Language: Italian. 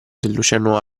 dell’oceano